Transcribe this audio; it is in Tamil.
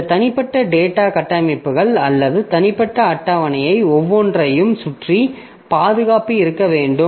இந்த தனிப்பட்ட டேட்டா கட்டமைப்புகள் அல்லது தனிப்பட்ட அட்டவணையில் ஒவ்வொன்றையும் சுற்றி பாதுகாப்பு இருக்க வேண்டும்